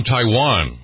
Taiwan